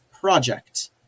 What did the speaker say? Project